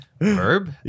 verb